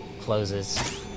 closes